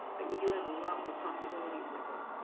but you do have a lot more possibilities with it.